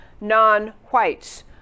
non-whites